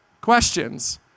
questions